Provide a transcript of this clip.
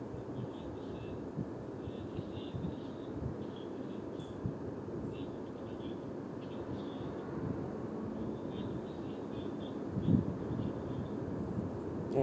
ya